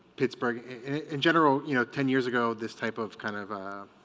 pittsburgh in general you know ten years ago this type of kind of